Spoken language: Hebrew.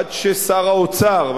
עד ששר האוצר,